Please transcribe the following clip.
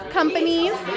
companies